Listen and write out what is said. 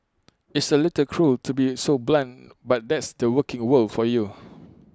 it's A little cruel to be so blunt but that's the working world for you